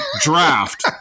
draft